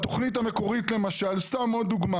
בתוכני המקורית למשל, סתם עוד דוגמה